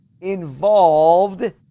involved